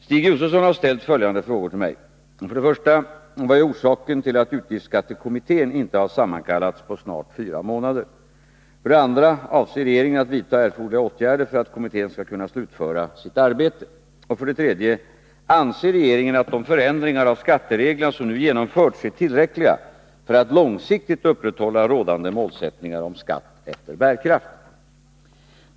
Herr talman! Stig Josefson har ställt följande frågor till mig: 1. Vad är orsaken till att utgiftsskattekommittén inte har sammankallats på snart fyra månader? 2. Avser regeringen att vidta erforderliga åtgärder för att kommittén skall kunna slutföra sitt arbete? 3. Anser regeringen att de förändringar av skattereglerna som nu genomförts är tillräckliga för att långsiktigt upprätthålla rådande målsättningar om skatt efter bärkraft?